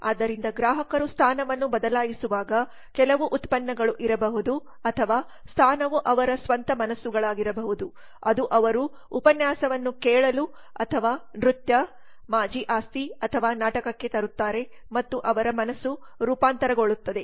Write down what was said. ಆದ್ದರಿಂದ ಗ್ರಾಹಕರು ಸ್ಥಾನವನ್ನು ಬದಲಾಯಿಸುವಾಗ ಕೆಲವು ಉತ್ಪನ್ನಗಳು ಇರಬಹುದು ಅಥವಾ ಸ್ಥಾನವು ಅವರ ಸ್ವಂತ ಮನಸ್ಸುಗಳಾಗಿರಬಹುದು ಅದು ಅವರು ಉಪನ್ಯಾಸವನ್ನು ಕೇಳಲು ಅಥವಾ ನೃತ್ಯ ಮಾಜಿ ಆಸ್ತಿ ಅಥವಾ ನಾಟಕಕ್ಕೆ ತರುತ್ತಾರೆ ಮತ್ತೆ ಅವರ ಮನಸ್ಸು ರೂಪಾಂತರಗೊಳ್ಳುತ್ತದೆ